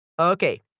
Okay